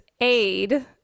aid